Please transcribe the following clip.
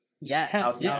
Yes